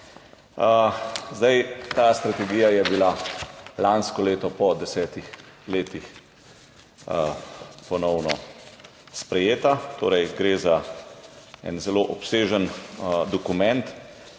države. Ta strategija je bila lansko leto po 10 letih ponovno sprejeta. Gre torej za en zelo obsežen dokument.